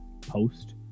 post